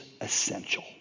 essential